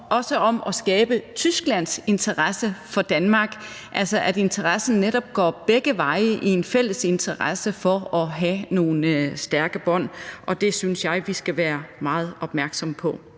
om at skabe Tysklands interesse for Danmark, altså at interessen netop går begge veje i et fælles ønske om at have nogle stærke bånd, og det synes jeg vi skal være meget opmærksomme på.